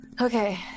okay